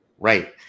Right